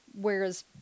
Whereas